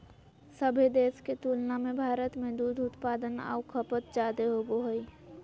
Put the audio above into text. सभे देश के तुलना में भारत में दूध उत्पादन आऊ खपत जादे होबो हइ